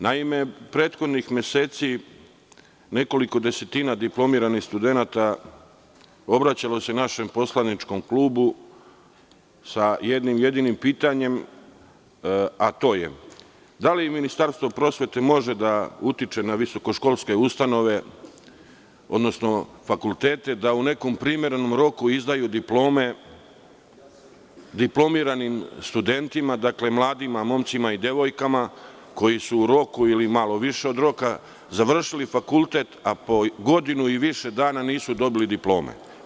Naime, prethodnih meseci nekoliko desetina diplomiranih studenata obraćalo se našem poslaničkom klubu sa jednim jedinim pitanjem – da li Ministarstvo prosvete može da utiče na visokoškolske ustanove odnosno fakultete da u nekom primerenom roku izdaju diplome diplomiranim studentima koji su u roku ili malo više od roka završili fakultet, a po godinu i više dana nisu dobili diplome?